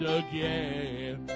again